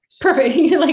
Perfect